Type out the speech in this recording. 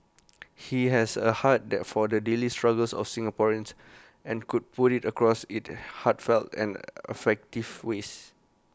he has A heart their for the daily struggles of Singaporeans and could put IT across in heartfelt and effective ways